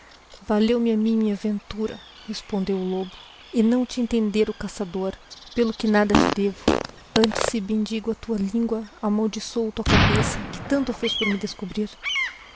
valeo me a mim minha entura y responddo o lobo e não te entender oí caçador pelo que nada te devo ante se bemdigo a tua língua amaldiçoo tua cabeça que tan to fez por me descobrir